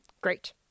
Great